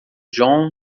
john